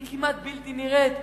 היא כמעט בלתי נראית,